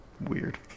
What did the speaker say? weird